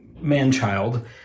man-child